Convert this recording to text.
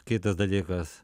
kitas dalykas